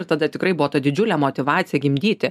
ir tada tikrai buvo ta didžiulė motyvacija gimdyti